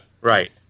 Right